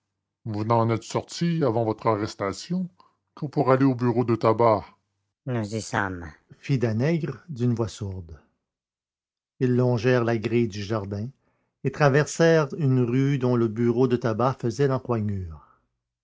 vous n'en êtes sorti avant votre arrestation que pour aller au bureau de tabac nous y sommes fit danègre d'une voix sourde ils longèrent la grille du jardin et traversèrent une rue dont le bureau de tabac faisait l'encoignure